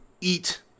eat